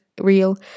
real